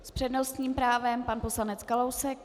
S přednostním právem pan poslanec Kalousek.